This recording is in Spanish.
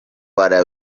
para